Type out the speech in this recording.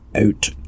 out